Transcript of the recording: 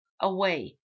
away